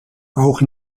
auch